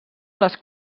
les